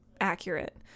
accurate